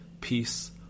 peace